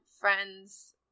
friends